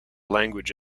language